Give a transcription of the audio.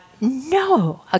no